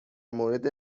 مورد